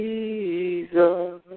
Jesus